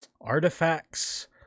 artifacts